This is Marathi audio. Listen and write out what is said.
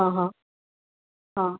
हां हां हां